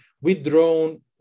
withdrawn